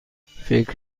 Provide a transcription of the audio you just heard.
فکر